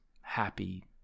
happy